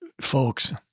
Folks